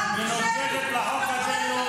באמת.